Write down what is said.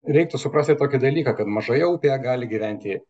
reiktų suprasti tokį dalyką kad mažoje upėje gali gyventi